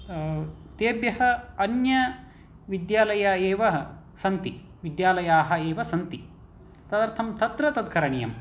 तेभ्यः अन्यविद्यालयः एव सन्ति विद्यालयाः एव सन्ति तदर्थं तत्र तत् करणीयम्